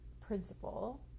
principle